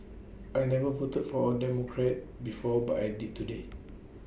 I never voted for A Democrat before but I did today